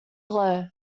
plough